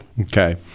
Okay